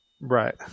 Right